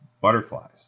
butterflies